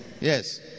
Yes